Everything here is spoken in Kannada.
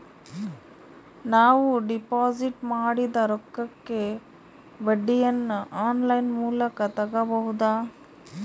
ನಾವು ಡಿಪಾಜಿಟ್ ಮಾಡಿದ ರೊಕ್ಕಕ್ಕೆ ಬಡ್ಡಿಯನ್ನ ಆನ್ ಲೈನ್ ಮೂಲಕ ತಗಬಹುದಾ?